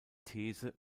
these